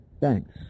Thanks